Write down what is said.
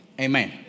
Amen